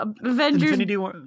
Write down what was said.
Avengers